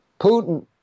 Putin